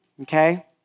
Okay